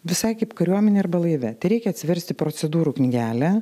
visai kaip kariuomenėj arba laive tereikia atsiversti procedūrų knygelę